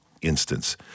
instance